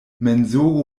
mensogo